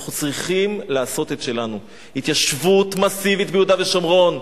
אנחנו צריכים לעשות את שלנו: התיישבות מסיבית ביהודה ושומרון,